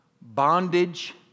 bondage